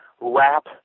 Wrap